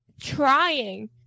trying